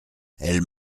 elle